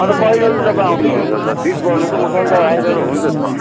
अन्त कहिले चाहिँ तपाईँ आउनुहुन्छ अन्त फिक्स गर्नु त म सन्चबार आइतबार हुन्छु त